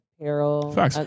Carol